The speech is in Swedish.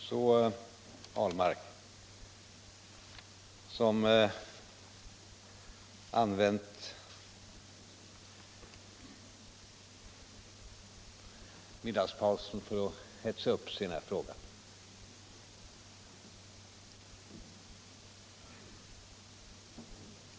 Så till herr Ahlmark, som använt middagspausen för att hetsa upp sig i den här frågan.